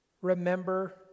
remember